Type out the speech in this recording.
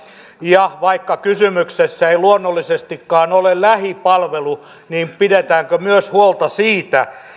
ja vaikka kysymyksessä ei luonnollisestikaan ole lähipalvelu niin pidetäänkö myös huolta siitä